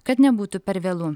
kad nebūtų per vėlu